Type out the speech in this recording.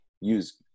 use